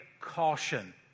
caution